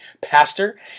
pastor